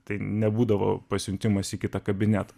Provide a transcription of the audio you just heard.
tai nebūdavo pasiuntimas į kitą kabinetą